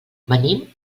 venim